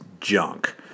junk